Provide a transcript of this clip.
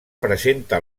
presenta